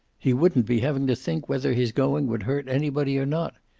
he wouldn't be having to think whether his going would hurt anybody or not.